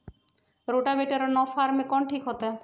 Rotavator और नौ फ़ार में कौन ठीक होतै?